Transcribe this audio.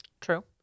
True